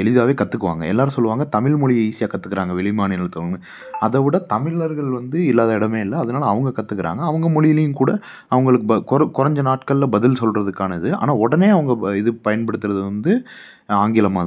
எளிதாகவே கத்துக்குவாங்க எல்லாரும் சொல்லுவாங்கள் தமிழ்மொழியை ஈஸியாக கத்துக்கிறாங்க வெளி மாநிலத்தவங்க அதை விட தமிழர்கள் வந்து இல்லாத இடமே இல்லை அதனால அவங்க கத்துக்கிறாங்க அவங்க மொழியிலையும் கூட அவங்களுக்கு ப குறு குறஞ்ச நாட்களில் பதில் சொல்கிறதுக்கான இது ஆனால் உடனே அவங்க ப இது பயன்படுத்துகிறது வந்து ஆங்கிலமாக தான் இருக்கும்